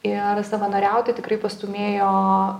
ir savanoriauti tikrai pastūmėjo